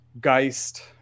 Geist